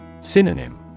Synonym